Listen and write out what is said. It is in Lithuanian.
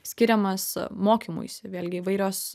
skiriamas mokymuisi vėlgi įvairios